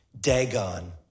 Dagon